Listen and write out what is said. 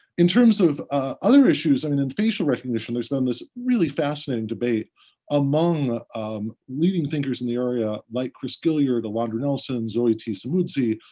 in terms of other issues, i mean, in facial recognition there's been this really fascinating debate among um leading thinkers in the area like chris gilliard, alondra nelson, zoe samudzi.